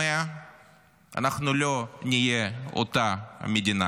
בלי להתמהמה, אנחנו לא נהיה אותה מדינה.